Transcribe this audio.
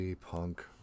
punk